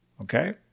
Okay